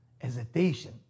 hesitation